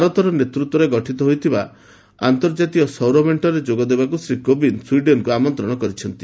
ଭାରତର ନେତୃତ୍ୱରେ ଗଠିତ ହୋଇଥିବା ଆନ୍ତର୍ଜାତିକ ସୌରମେଣ୍ଟରେ ଯୋଗଦେବାକୁ ଶ୍ରୀ କୋବିନ୍ଦ ସ୍ୱିଡେନ୍କୁ ଆମନ୍ତ୍ରଣ କରିଛନ୍ତି